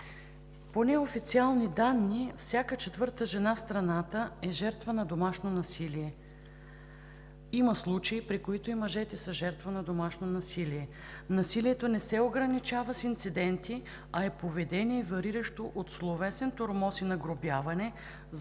по неофициални данни всяка четвърта жена в страната е жертва на домашно насилие. Има случаи при които и мъжете са жертва на домашно насилие. Насилието не се ограничава с инциденти, а е поведение, вариращо от словесен тормоз и нагрубяване,